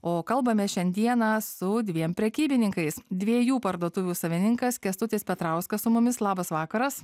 o kalbamės šiandieną su dviem prekybininkais dviejų parduotuvių savininkas kęstutis petrauskas su mumis labas vakaras